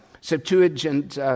Septuagint—